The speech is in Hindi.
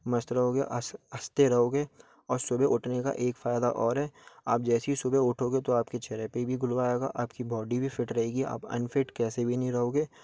मस्त रहोगे हँसते रहोगे और सुबह उठने का एक फ़ायदा और है आप जैसे ही सुबह उठोगे तो आपके चेहरे पर भी ग्लो आएगा आपकी बॉडी भी फिट रहेगी आप अनफिट कैसे भी नहीं रहोगे